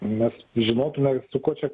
mes žinotume su kuo čia